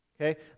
Okay